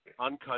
uncut